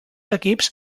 equips